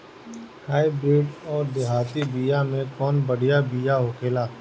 Hybrid अउर देहाती बिया मे कउन बढ़िया बिया होखेला?